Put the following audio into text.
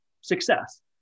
success